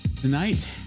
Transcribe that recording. Tonight